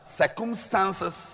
circumstances